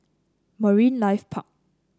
Marine Life Park